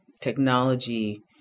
Technology